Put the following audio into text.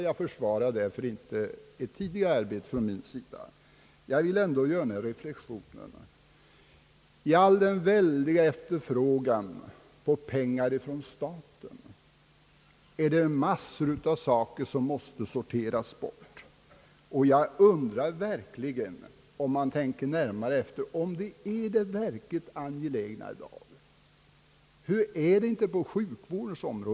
Jag försvarar därför inte något arbete som jag tidigare utfört, men jag vill ändå göra några reflexioner. I all den väldiga efterfrågan på pengar från staten är det massor av saker som måste sorteras bort. Om man tänker närmare efter, undrar jag om vad som här föreslås är det verkligt angelägna i dag. Hur är det på sjukvårdens område?